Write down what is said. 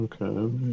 Okay